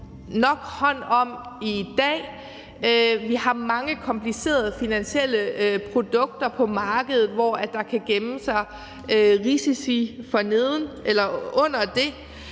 nok hånd om i dag. Vi har mange komplicerede finansielle produkter på markedet, hvor der kan gemme sig risici nedenunder.